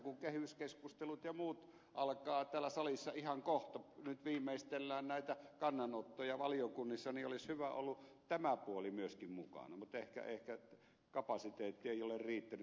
kun kehyskeskustelut ja muut alkavat täällä salissa ihan kohta nyt viimeistellään näitä kannanottoja valiokunnissa niin olisi hyvä ollut olla tämä puoli myöskin mukana mutta ehkä kapasiteetti ei ole riittänyt tämän kummempaan